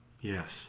Yes